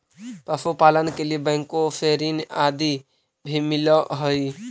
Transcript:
पशुपालन के लिए बैंकों से ऋण आदि भी मिलअ हई